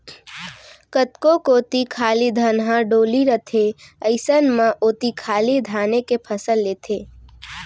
कतको कोती खाली धनहा डोली रथे अइसन म ओती खाली धाने के फसल लेथें